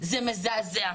זה מזעזע.